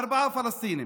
ארבעה פלסטינים.